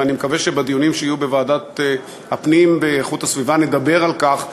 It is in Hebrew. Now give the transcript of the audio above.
ואני מקווה שבדיונים שיהיו בוועדת הפנים והגנת הסביבה נדבר על כך,